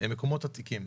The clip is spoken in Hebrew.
הם מקומות עתיקים.